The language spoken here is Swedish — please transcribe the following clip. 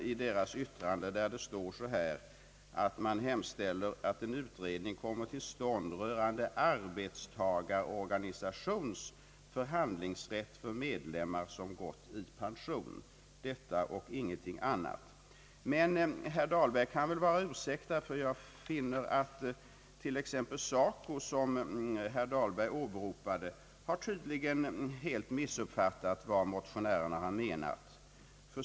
I TCO:s yttrande över motionen står också, att det är önskvärt att en utredning kommer till stånd rörande arbetstagarorganisations förhandlingsrätt för medlemmar som gått i pension. Det är vad som avses och ingenting annat. Herr Dahlberg kan dock vara ursäktad, ty jag finner att t.ex. SACO, som herr Dahlberg åberopade, har missuppfattat vad motionärerna har menat.